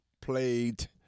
played –